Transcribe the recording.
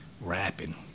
rapping